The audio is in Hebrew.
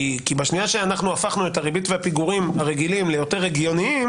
כי בשנייה שאנחנו הפכנו את הריבית והפיגורים הרגילים ליותר הגיוניים